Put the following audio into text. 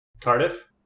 Cardiff